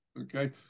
okay